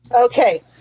Okay